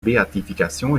béatification